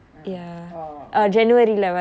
oh oh oh